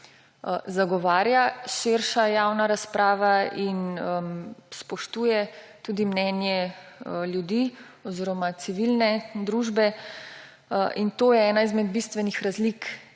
zagovarja širša javna razprava in spoštuje tudi mnenje ljudi oziroma civilne družbe. To je tudi ena izmed bistvenih razlik